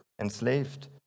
enslaved